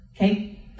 Okay